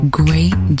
great